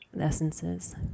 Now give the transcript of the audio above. essences